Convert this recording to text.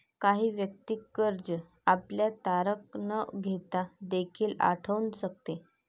काही वैयक्तिक कर्ज आपल्याला तारण न घेता देखील आढळून शकते